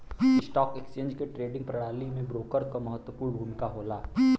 stock exchange के trading प्रणाली में ब्रोकर क महत्वपूर्ण भूमिका होला